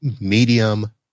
medium